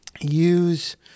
use